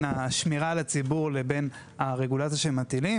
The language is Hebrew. השמירה על הציבור לבין הרגולציה שהם מטילים.